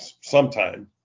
sometime